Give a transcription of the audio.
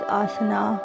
asana